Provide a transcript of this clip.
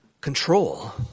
Control